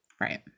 Right